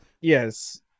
yes